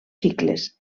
cicles